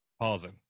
Pausing